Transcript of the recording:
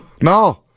No